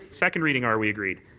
second reading, are we agreed?